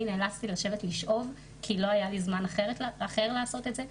אני נאלצתי לשבת לשאוב כי לא היה לי זמן אחר לעשות את זה.